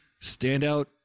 Standout